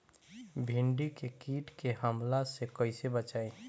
भींडी के कीट के हमला से कइसे बचाई?